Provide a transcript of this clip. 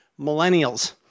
millennials